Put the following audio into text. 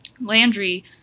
Landry